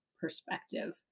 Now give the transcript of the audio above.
perspective